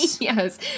Yes